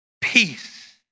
peace